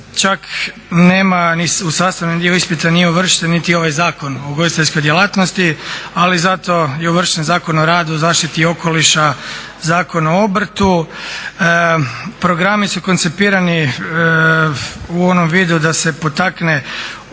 Čak nema ni, u sastavni dio ispita nije uvršten niti ovaj Zakon o ugostiteljskoj djelatnosti. Ali zato je uvršten Zakon o radu, zaštiti okoliša, Zakon o obrtu. Programi su koncipirani u onom vidu da se potakne i